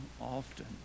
often